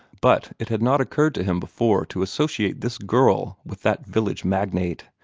but it had not occurred to him before to associate this girl with that village magnate.